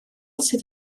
sydd